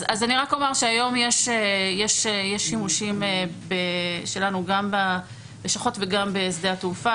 אז אני רק אומר שהיום יש שימושים שלנו גם בלשכות וגם בשדה התעופה,